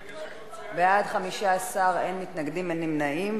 בעד, 15, אין מתנגדים, אין נמנעים.